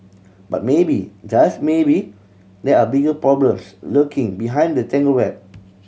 but maybe just maybe there are bigger problems lurking behind the tangled web